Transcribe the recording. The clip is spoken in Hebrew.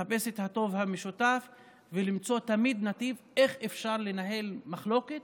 לחפש את הטוב המשותף ולמצוא תמיד נתיב איך אפשר לנהל מחלוקת